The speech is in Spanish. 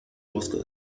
moscas